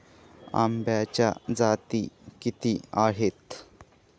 आंब्याच्या जाती किती आहेत?